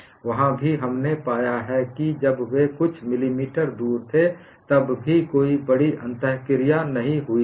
वहाँ भी हमने पाया कि जब वे कुछ मिलीमीटर दूर थे तब भी कोई बड़ी अंतक्रिया नहीं हुई थी